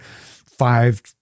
five